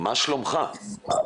אנחנו כאן